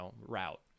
route